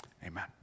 Amen